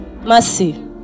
Mercy